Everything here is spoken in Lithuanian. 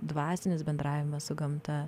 dvasinis bendravimas su gamta